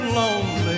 lonely